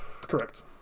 Correct